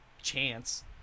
chance